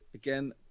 Again